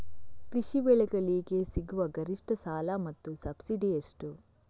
ಕೃಷಿ ಬೆಳೆಗಳಿಗೆ ಸಿಗುವ ಗರಿಷ್ಟ ಸಾಲ ಮತ್ತು ಸಬ್ಸಿಡಿ ಎಷ್ಟು?